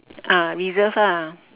ah reserve ah